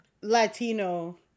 Latino